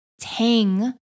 tang